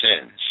sins